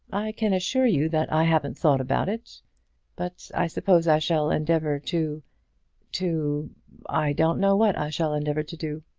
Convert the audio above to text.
i can assure you that i haven't thought about it but i suppose i shall endeavour to to i don't know what i shall endeavour to do.